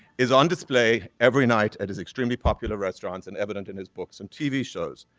is on display every night at his extremely popular restaurants, and evident in his books and tv shows.